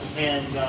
and